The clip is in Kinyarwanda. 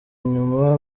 nyuma